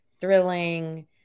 thrilling